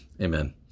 Amen